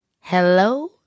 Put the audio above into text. Hello